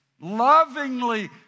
lovingly